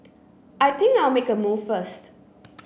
I think I'll make a move first